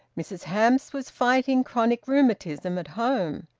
mrs hamps was fighting chronic rheumatism at home.